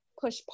push